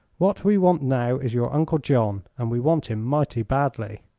what we want now is your uncle john, and we want him mighty badly.